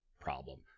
problem